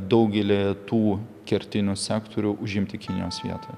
daugelyje tų kertinių sektorių užimti kinijos vietoj